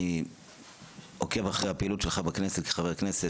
אני עוקב אחרי הפעילות שלך בכנסת כחבר כנסת.